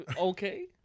Okay